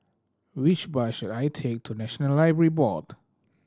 which bus should I take to National Library Board